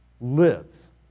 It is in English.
Lives